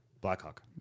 Blackhawk